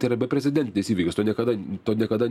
tai yra beprecedentinis įvykis to niekada to niekada